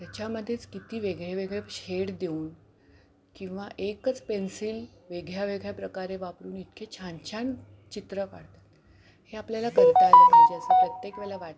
त्याच्यामध्येच किती वेगळे वेगळे शेड देऊन किंवा एकच पेन्सिल वेगळ्या वेगळ्या प्रकारे वापरून इतके छान छान चित्र काढतात हे आपल्याला करता आलं पाहिजे असं प्रत्येक वेळेला वाटतं